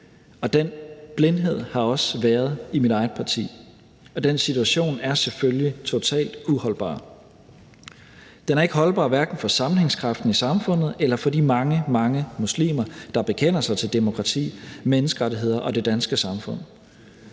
Den blindhed har også været i mit eget parti, og den situation er selvfølgelig totalt uholdbar. Den er ikke holdbar hverken for sammenhængskraften i samfundet eller for de mange, mange muslimer, der bekender sig til demokrati, menneskerettigheder og det danske samfund.